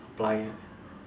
apply